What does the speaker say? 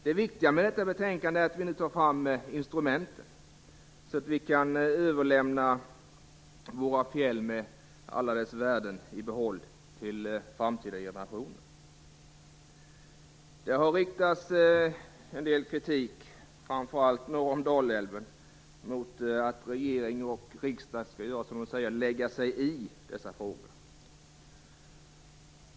Det viktiga med detta betänkande är att vi nu tar fram instrument för att kunna överlämna våra fjäll med alla värden i behåll till framtida generationer. Det har riktats en del kritik, framför allt norr om Dalälven, mot att regering och riksdag som man säger "lägger sig i" dessa frågor.